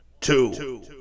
two